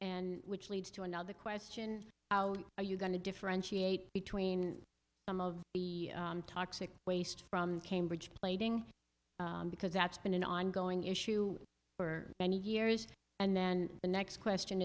and which leads to another question how are you going to differentiate between some of the toxic waste from cambridge plating because that's been an ongoing issue for many years and then the next question